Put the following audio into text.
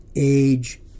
age